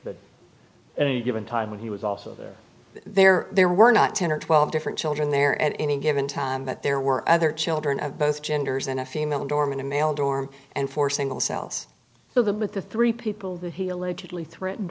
but at any given time he was also there there there were not ten or twelve different children there at any given time but there were other children of both genders and a female doormen a male dorm and four single cells so the but the three people that he allegedly threatened